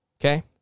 okay